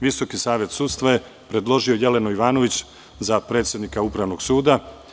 Visoki savet sudstva je predložio Jelenu Ivanović za predsednika Upravnog suda.